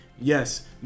yes